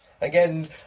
Again